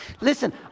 Listen